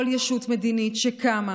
כל ישות מדינית שקמה